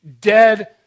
dead